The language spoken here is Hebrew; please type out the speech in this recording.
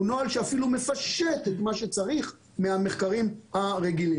הוא נוהל שאפילו מפשט את מה שצריך מהמחקרים הרגילים.